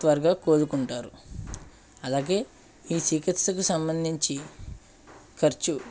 త్వరగా కోలుకుంటారు అలాగే ఈ చికిత్సకు సంబంధించి ఖర్చు